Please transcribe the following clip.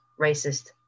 racist